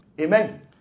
Amen